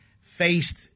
faced